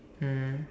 mm